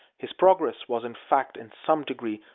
his progress was, in fact, in some degree,